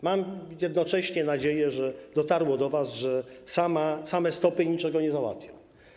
Mam jednocześnie nadzieję, że dotarło do was, że same stopy niczego nie załatwią.